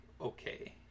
okay